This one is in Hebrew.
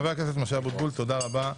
חבר הכנסת משה אבוטבול, תודה רבה.